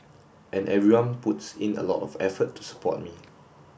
and everyone puts in a lot of effort to support me